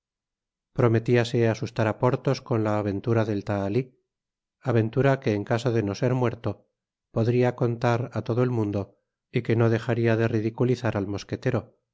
estremadamente prometiase asustar á porthos con la aventura del tahali aventura que en caso de no ser muerto podria contar á todo el mundo y que no dejaria de ridiculizar al mosquetero